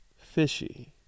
fishy